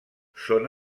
són